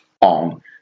on